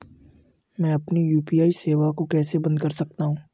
मैं अपनी यू.पी.आई सेवा को कैसे बंद कर सकता हूँ?